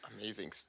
amazing